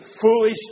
foolish